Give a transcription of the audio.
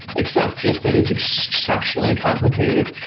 except just that it's exceptionally complicated.